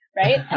right